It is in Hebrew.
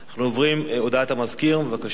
אנחנו עוברים, הודעת המזכיר, בבקשה.